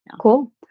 Cool